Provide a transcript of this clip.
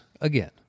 again